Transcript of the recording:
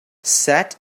sat